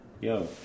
Yo